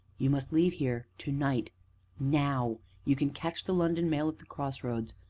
you must leave here, to-night now. you can catch the london mail at the cross roads.